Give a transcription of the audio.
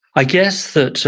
i guess that,